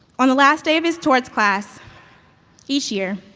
on the last day of his torts class each year,